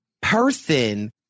person